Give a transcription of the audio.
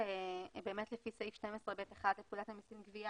באמת לפי סעיף 12(ב)(1) לפקודת המסים (גבייה),